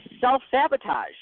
self-sabotage